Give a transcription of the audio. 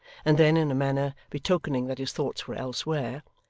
and then in a manner betokening that his thoughts were elsewhere,